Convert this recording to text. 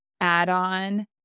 add-on